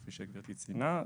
כפי שגברתי ציינה,